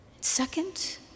Second